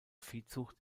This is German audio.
viehzucht